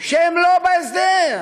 שהם לא בהסדר?